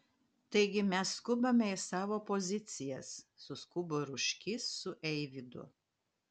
taigi mes skubame į savo pozicijas suskubo ruškys su eivydu